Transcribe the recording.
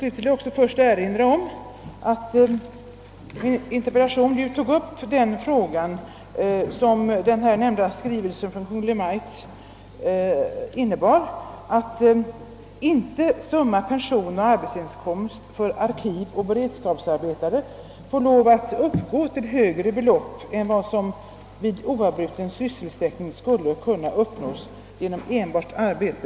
Sedan vill jag erinra om att interpellationen tog upp föreskriften i den omnämnda skrivelsen från Kungl. Maj:t, att summan av pension och arbetsinkomst för arkivoch beredskapsarbe tare inte får uppgå till högre belopp än vad som vid oavbruten sysselsättning skulle kunna uppnås genom enbart arbete.